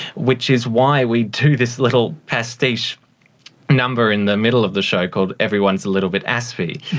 which is why we do this little pastiche number in the middle of the show called everyone is a little bit aspie,